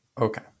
Okay